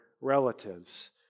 relatives